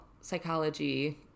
psychology